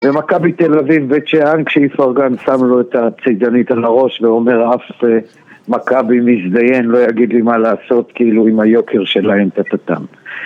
ומכבי תל אביב בית-שאן כשאיפרגן שם לו את הצידנית על הראש ואומר אף מכבי מזדיין לא יגיד לי מה לעשות כאילו עם היוקר שלהם טהטהטם